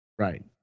Right